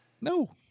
No